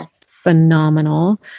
phenomenal